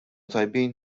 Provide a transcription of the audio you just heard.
tajbin